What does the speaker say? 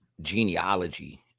genealogy